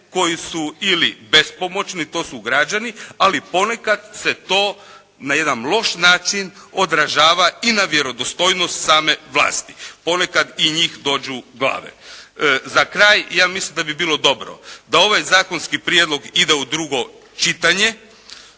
koji su ili bespomoćni, to su građani, ali ponekad se to na jedan loš način odražava i na vjerodostojnost same vlasti. Ponekad i njih dođu glave. Za kraj ja mislim da bi bilo dobro da ovaj zakonski prijedlog ide u drugo čitanje.